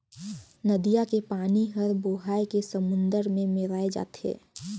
नदिया के पानी हर बोहाए के समुन्दर में मेराय जाथे